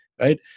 right